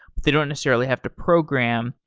but they don't necessarily have to program.